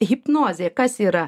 hipnozė kas yra